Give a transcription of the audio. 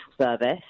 service